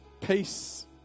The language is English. peace